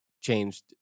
changed